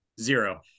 Zero